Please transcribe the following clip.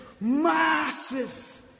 massive